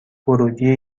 ورودی